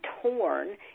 torn